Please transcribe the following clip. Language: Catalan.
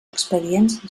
expedients